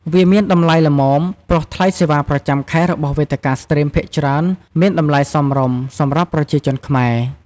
វាមានតម្លៃល្មម ព្រោះថ្លៃសេវាប្រចាំខែរបស់វេទិកាស្ទ្រីមភាគច្រើនមានតម្លៃសមរម្យសម្រាប់ប្រជាជនខ្មែរ។